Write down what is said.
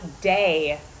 day